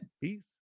Peace